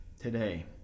today